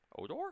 Odor